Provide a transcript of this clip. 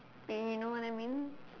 you know what I mean